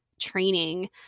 training